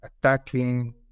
attacking